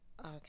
Okay